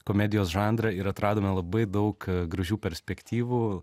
komedijos žanrą ir atradome labai daug gražių perspektyvų